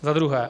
Za druhé.